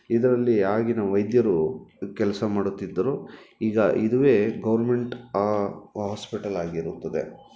ಇದರಲ್ಲಿ ಆಗಿನ ವೈದ್ಯರು ಕೆಲಸ ಮಾಡುತ್ತಿದ್ದರು ಈಗ ಇದುವೇ ಗೌರ್ಮೆಂಟ್ ಹಾಸ್ಪಿಟಲ್ ಆಗಿರುತ್ತದೆ